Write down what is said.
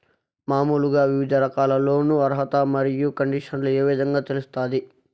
మామూలుగా వివిధ రకాల లోను అర్హత మరియు కండిషన్లు ఏ విధంగా తెలుస్తాది?